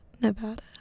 Nevada